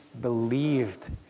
believed